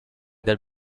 their